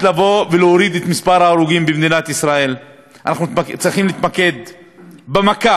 כדי להוריד את מספר ההרוגים במדינת ישראל אנחנו צריכים להתמקד במכה,